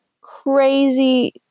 crazy